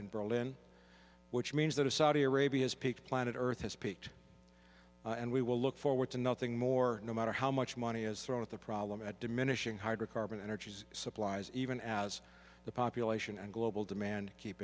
in berlin which means that a saudi arabia has peaked planet earth has peaked and we will look forward to nothing more no matter how much money is thrown at the problem at diminishing hydrocarbon energy supplies even as the population and global demand keep